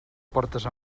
portes